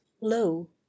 low